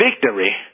victory